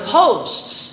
hosts